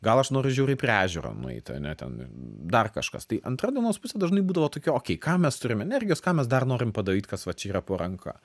gal aš noriu žiauriai prie ežero nueit ane ten dar kažkas tai antra dienos pusė dažnai būdavo tokia okei kam mes turim energijos ką mes dar norim padaryt kas va čia yra po ranka